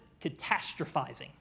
catastrophizing